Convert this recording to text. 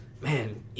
man